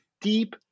deep